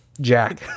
Jack